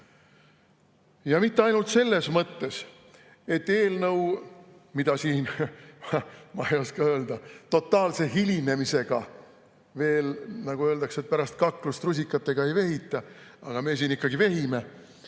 Mitte ainult selles mõttes, et [arupärimine], mida siin, ma ei oska öelda, totaalse hilinemisega veel – nagu öeldakse, et pärast kaklust rusikatega ei vehita, aga me siin ikkagi vehime